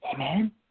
Amen